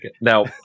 Now